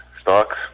stocks